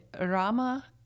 Rama